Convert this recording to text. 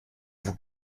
vous